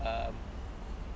err